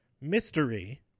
mystery